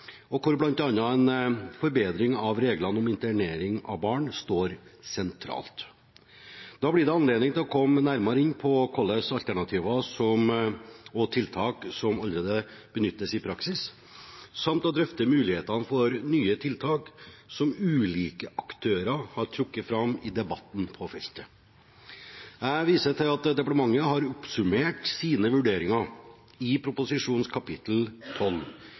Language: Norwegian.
hvor bl.a. en forbedring av reglene om internering av barn står sentralt. Da blir det anledning til å komme nærmere inn på hvilke alternativer og tiltak som allerede benyttes i praksis, samt å drøfte mulighetene for nye tiltak som ulike aktører på feltet har trukket fram i debatten. Jeg viser til at departementet har oppsummert sine vurderinger i proposisjonens kapittel